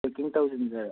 packing ꯇꯧꯁꯤꯟꯖꯔꯛ